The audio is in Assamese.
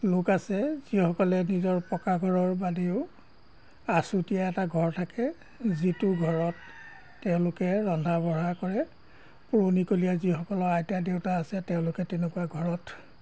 লোক আছে যিসকলে নিজৰ পকা ঘৰৰ বাদেও আঁচুতীয়া এটা ঘৰ থাকে যিটো ঘৰত তেওঁলোকে ৰন্ধা বঢ়া কৰে পুৰণিকলীয়া যিসকলৰ আইতা দেউতা আছে তেওঁলোকে তেনেকুৱা ঘৰত